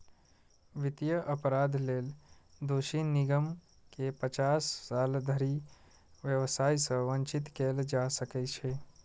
वित्तीय अपराध लेल दोषी निगम कें पचास साल धरि व्यवसाय सं वंचित कैल जा सकै छै